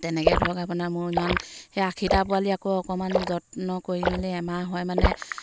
তেনেকৈ ধৰক আপোনাৰ মোৰ ইমান সেই আশীটা পোৱালি আকৌ অকণমান যত্ন কৰি মেলি এমাহ হয় মানে